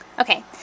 Okay